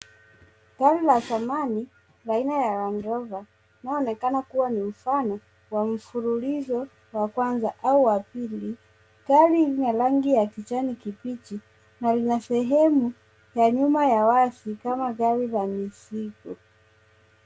Gari la zamani aina ya landrover linaoonekana kuwa ni mfano wa mfululizo wa kwanza au wa pili. Gari hili lina rangi ya kijani kibichi na lina sehemu ya nyuma ya wazi kama gari la mizigo.